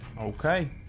Okay